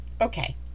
Okay